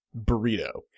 burrito